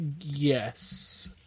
Yes